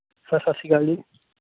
sir ਸਤਿ ਸ਼੍ਰੀ ਅਕਾਲ ਜੀ